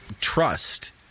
trust